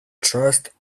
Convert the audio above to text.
trust